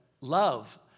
love